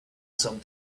some